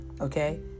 okay